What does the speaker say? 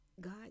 God